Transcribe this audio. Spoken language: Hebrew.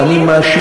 לא, אני מאשים,